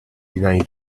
deny